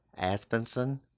Aspenson